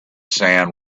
sand